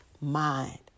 mind